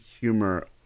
humor